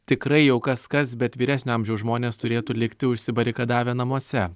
tikrai jau kas kas bet vyresnio amžiaus žmonės turėtų likti užsibarikadavę namuose